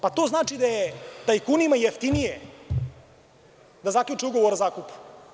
Pa, to znači da je tajkunima jeftinije da zaključe ugovor o zakupu.